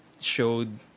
showed